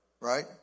right